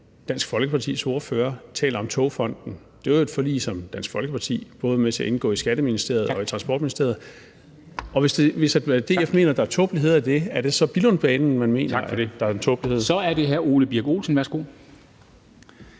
Dansk Folkepartis ordfører talte om Togfonden DK. Det var jo et forlig, som Dansk Folkeparti var med til at indgå i både Skatteministeriet og Transportministeriet. Hvis DF mener, der er tåbeligheder i det, er det så Billundbanen, man mener er en tåbelighed? Kl. 10:34 Formanden (Henrik Dam